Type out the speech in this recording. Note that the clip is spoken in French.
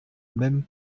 même